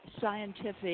scientific